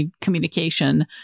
communication